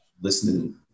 listening